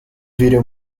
video